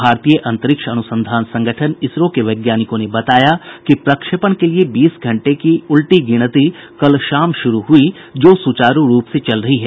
भारतीय अंतरिक्ष अनुसंधान संगठन इसरो के वैज्ञानिकों ने बताया कि प्रक्षेपण के लिए बीस घंटे की उल्टी गिनती कल शाम शुरू हुई जो सुचारु रूप से चल रही है